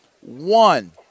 One